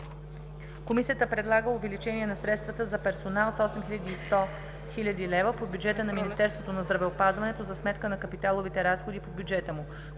Комисията предлага увеличение на средствата за персонал с 8 100,0 хил. лв. по бюджета на Министерството на здравеопазването за сметка на капиталовите разходи по бюджета му.